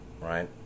right